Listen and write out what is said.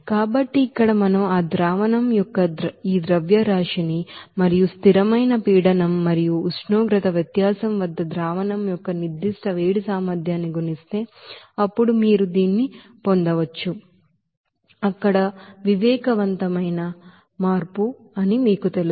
కాబట్టి ఇక్కడ మనం ఆ ಸೊಲ್ಯೂಷನ್ యొక్క ఈ ಮಾಸ್ ಫ್ಲೋ ರೇಟ್ ని మరియు ಕಾನ್ಸ್ಟಂಟ್ ಪ್ರೆಷರ್ మరియు ఉష్ణోగ్రత వ్యత్యాసం వద్ద ಸೊಲ್ಯೂಷನ್ యొక్క స్పెసిఫిక్ హీట్ కెపాసిటీ న్ని గుణిస్తే అప్పుడు మీరు దీన్ని పొందవచ్చు అక్కడ ಸೆನ್ಸಿಬಲ್ ಹೀಟ್ ಚೇಂಜ್ మీకు తెలుసు